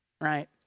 right